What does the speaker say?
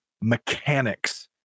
mechanics